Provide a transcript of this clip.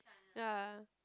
ya